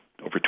over